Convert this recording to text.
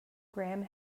graham